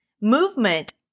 Movement